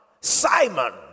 Simon